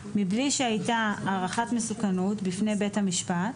מבלי שהייתה הערכת מסוכנות בפני בית המשפט,